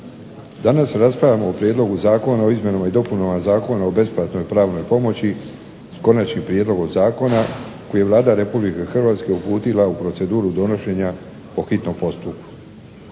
Danas raspravljamo o Prijedlogu Zakona o izmjenama i dopunama Zakona o besplatnoj pravnoj pomoći s konačnim prijedlogom zakona, koji je Vlada Republike Hrvatske uputila u proceduru donošenja po hitnom postupku.